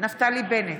נפתלי בנט,